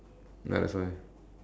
ya that's why